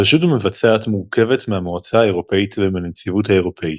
הרשות המבצעת מורכבת מהמועצה האירופית ומהנציבות האירופית.